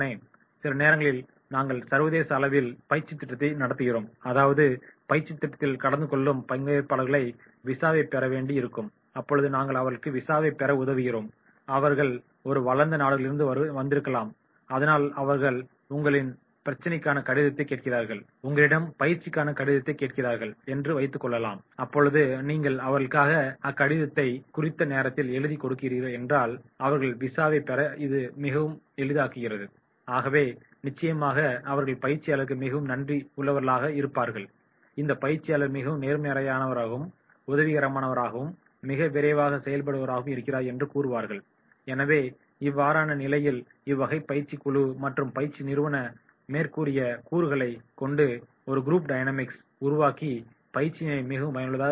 சில நேரங்களில் நாங்கள் சர்வதேச அளவில் பயிற்சித் திட்டத்தை நடத்துகிறோம் அதாவது பயிற்சி திட்டத்தில் கலந்து கொள்ளும் பங்கேற்பாளர்கள் விசாவைப் பெற வேண்டி இருக்கும் அப்பொழுது நாங்கள் அவர்களுக்கு விசாவைப் பெற உதவுகிறோம் அவர்கள் ஒரு வளர்ந்த நாடுகளிலிருந்து வந்திருக்கலாம் அதனால் அவர்கள் உங்களிடம் பயிற்சிக்கான கடிதத்தை கேட்கிறார்கள் என்று வைத்துக்கொள்வோம் அப்பொழுது நீங்கள் அவர்களுக்காக அக்கடிதத்தைக் குறித்த நேரத்தில் எழுதி கொடுக்கிறீர்கள் என்றால் அவர்கள் விசாவைப் பெற அது மிகவும் எளிதாக்குகிறது ஆகவே நிச்சயமாக அவர்கள் பயிற்சியாளர்களுக்கு மிகவும் நன்றி உள்ளவர்களாக இருப்பார்கள் இந்த பயிற்சியாளர் மிகவும் நேர்மறையானவராகவும் உதவிகரமானவராகவும் மிக விரைவாக செயல்படுபவராகவும் இருக்கிறார் என்று கூறுவார்கள் எனவே இவ்வாறான நிலையில் இவ்வகை பயிற்சி குழு மற்றும் பயிற்சி நிறுவனம் மேற்கூறிய கூறுகளை கொண்டு ஒரு குரூப் டைனமிக்கை உருவாக்கி பயிற்சியினை மிகவும் பயனுள்ளதாக மாற்றுகிறது